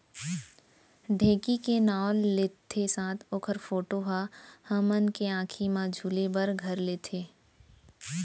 ढेंकी के नाव लेत्ते साथ ओकर फोटो ह हमन के आंखी म झूले बर घर लेथे